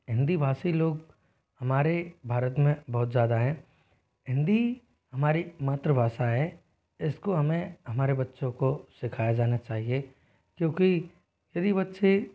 हिंदी भाषी लोग हमारे भारत में बहुत ज़्यादा हैं हिंदी हमारी मात्र भाषा है इसको हमें हमारे बच्चों को सिखाया जाना चाहिए क्योंकि यदि बच्चे